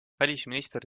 välisminister